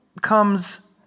comes